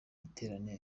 giterane